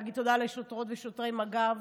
להגיד תודה לשוטרות ושוטרי מג"ב,